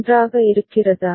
நன்றாக இருக்கிறதா